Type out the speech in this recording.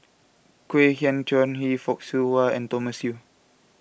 Kwek Hian Chuan Henry Fock Siew Wah and Thomas Yeo